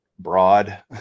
broad